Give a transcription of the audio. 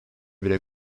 bile